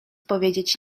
powiedzieć